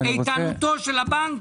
איתנותו של הבנק.